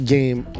Game